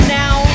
now